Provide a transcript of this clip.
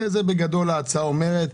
זה בגדול מה שההצעה אומרת.